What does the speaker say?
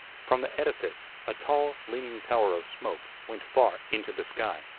from the edifice a tall leaning tower of smoke went far into the sky.